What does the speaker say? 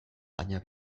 baina